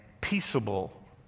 peaceable